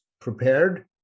prepared